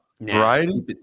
Variety